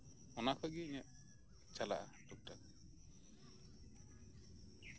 ᱚᱱᱟ ᱠᱷᱚᱱ ᱜᱮ ᱤᱧᱟᱹᱜ ᱪᱟᱞᱟᱜᱼᱟ ᱴᱩᱠᱼᱴᱟᱠ